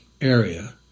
area